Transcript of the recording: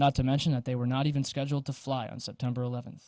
not to mention that they were not even scheduled to fly on september eleventh